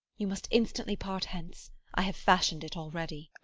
you must instantly part hence i have fashion'd it already.